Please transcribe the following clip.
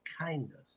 kindness